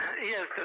Yes